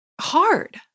hard